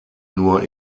nur